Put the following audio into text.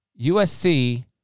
USC